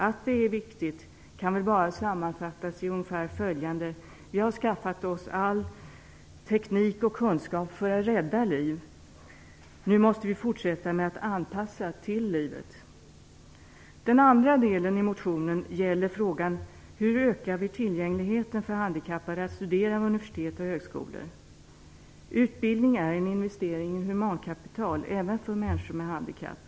Att det är viktigt kan sammanfattas i följande: Vi har skaffat oss teknik och kunskap för att rädda liv. Nu måste vi fortsätta med att anpassa till livet. Den andra delen i motionen gäller frågan hur vi skall kunna öka tillgängligheten för handikappade när det gäller att studera vid universitet och högskolor. Utbildning är en investering i humankapital även för människor med handikapp.